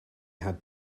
had